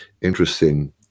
interesting